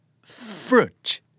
fruit